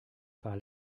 par